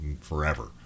forever